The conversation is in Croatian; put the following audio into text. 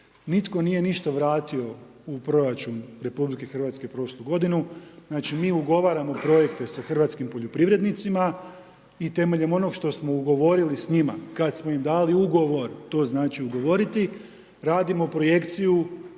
Nitko nije ništa vratio u proračun RH prošlu g. Znači mi ugovaramo projekte sa hrvatskim poljoprivrednicima i temeljem onoga što smo ugovorili s njima, kada smo im dali ugovor, to znači ugovoriti, radimo projekciju